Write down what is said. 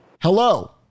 Hello